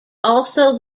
also